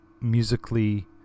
musically